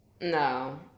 no